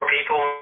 people